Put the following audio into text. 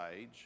Age